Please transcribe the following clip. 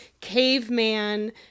caveman